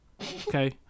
Okay